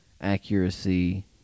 accuracy